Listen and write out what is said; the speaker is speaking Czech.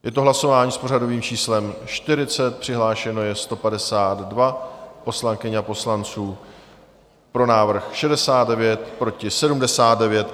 Je to hlasování s pořadovým číslem 40, přihlášeno je 152 poslankyň a poslanců, pro návrh 69, proti 79.